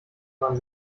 waren